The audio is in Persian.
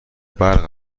برق